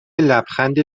لبخند